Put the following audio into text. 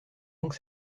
donc